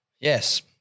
Yes